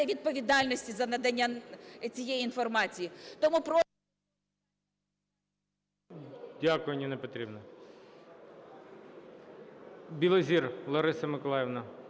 відповідальності за надання цієї інформації.